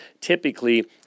typically